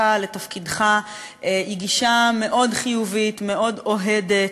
לתפקידך היא גישה מאוד חיובית ומאוד אוהדת,